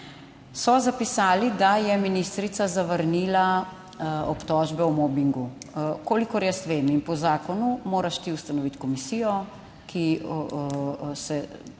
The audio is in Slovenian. so zapisali, da je ministrica zavrnila obtožbe o mobingu. Kolikor jaz vem in po zakonu moraš ti ustanoviti komisijo, ki se